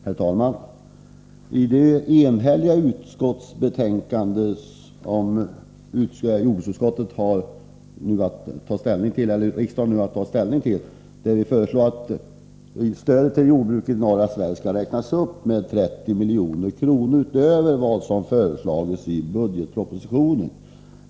Herr talman! I det enhälliga utskottsbetänkande som riksdagen nu har att ta ställning till föreslår vi att stödet till jordbruket i norra Sverige skall räknas upp med 30 milj.kr. utöver vad som föreslagits i budgetpropositionen.